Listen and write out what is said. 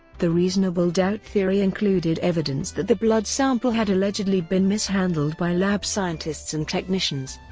the reasonable doubt theory included evidence that the blood sample had allegedly been mishandled by lab scientists and technicians,